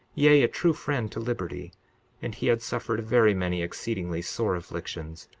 yea, a true friend to liberty and he had suffered very many exceedingly sore afflictions.